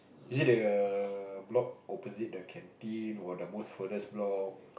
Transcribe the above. is it the block opposite the canteen or the most furthest block